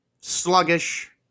sluggish